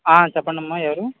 చెప్పండి అమ్మా ఎవరు